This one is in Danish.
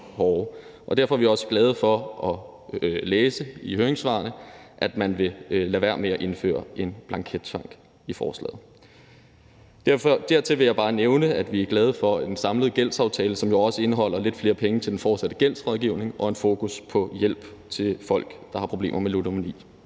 derfor er vi også glade for at læse i høringssvarene, at man vil lade være med at indføre en blankettvang i forslaget. Dertil vil jeg bare nævne, at vi er glade for en samlet gældsaftale, som jo også indeholder lidt flere penge til den fortsatte gældsrådgivning og en fokus på hjælp til folk, der har problemer med ludomani.